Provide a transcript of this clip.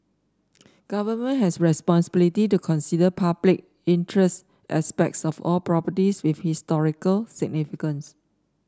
government has responsibility to consider public interest aspects of all properties with historical significance